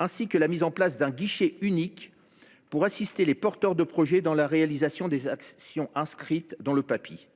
et qu’un guichet unique soit mis en place pour assister les porteurs de projet dans la réalisation des actions inscrites dans le Papi.